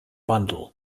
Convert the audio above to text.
bundle